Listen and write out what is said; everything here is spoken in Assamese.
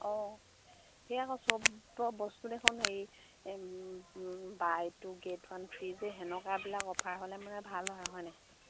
অঁ সেয়া আকৌ চব বস্তু দেখোন হেৰি buy two get one three যে সেনেকুৱাবিলাক অফাৰ হ'লে মানে ভাল হয় হয়নে